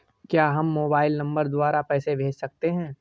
क्या हम mobile number द्वारा पैसे भेज सकते हैं?